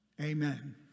Amen